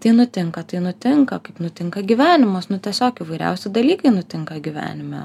tai nutinka tai nutinka kaip nutinka gyvenimas nu tiesiog įvairiausi dalykai nutinka gyvenime